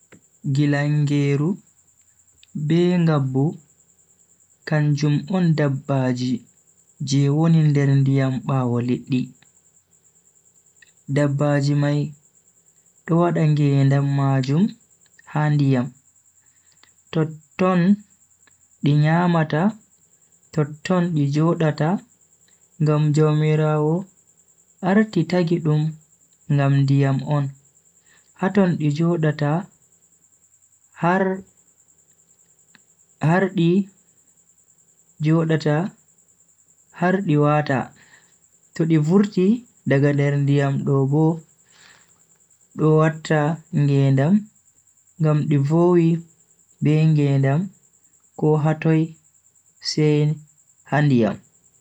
Gilangeeru, be ngabbu kanjum on dabbaaji je woni nder ndiyam bawo liddi, dabbaji mai do wada ngedam majum ha ndiyam, totton di nyamata totton di jodata ngam jaumiraawo arti tagi dum ngam ndiyam on haton di jodata har di wata. to di vurti daga nder ndiyam do bo do watta ngedam ngam di vowi be ngedam ko haton sai ha ndiyam.